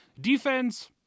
Defense